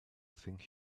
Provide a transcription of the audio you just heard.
think